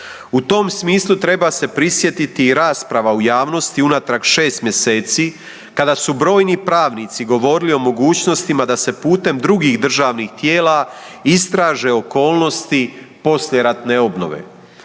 U tom smislu treba se prisjetiti i rasprava u javnosti unatrag 6 mjeseci kada su brojni pravnici govorili o mogućnostima da se putem drugih državnih tijela istraže okolnosti poslijeratne obnove.